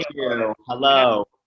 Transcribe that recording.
hello